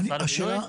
מפרט בינוי.